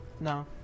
No